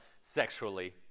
sexually